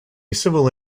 civil